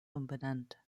umbenannt